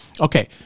Okay